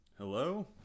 Hello